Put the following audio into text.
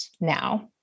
now